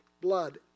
Blood